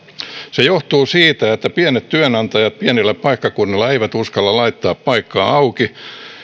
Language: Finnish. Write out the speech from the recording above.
se johtuu siitä että pienet työnantajat pienillä paikkakunnilla eivät uskalla laittaa paikkaa auki